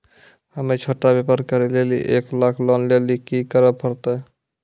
हम्मय छोटा व्यापार करे लेली एक लाख लोन लेली की करे परतै?